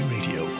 Radio